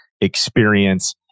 experience